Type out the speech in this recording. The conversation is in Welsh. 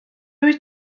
wyt